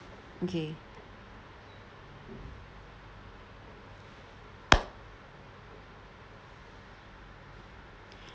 okay